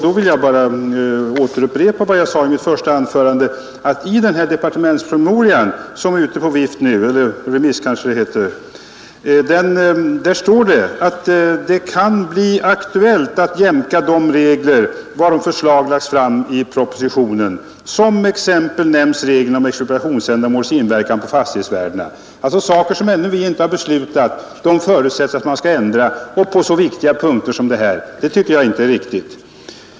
Då vill jag bara upprepa vad jag sade i mitt första anförande, att i den departementspromemoria som är ute på vift nu — eller remiss kanske det heter — står det att det kan bli aktuellt att jämka de regler varom förslag lagts fram i propositionen. Som exempel nämns regeln om expropriationsändamåls inverkan på fastighetsvärdena. Det förutsätts alltså att man skulle ändra på saker som vi ännu inte beslutat om och som är så viktiga. Det tycker jag inte är riktigt.